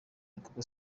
kuko